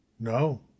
no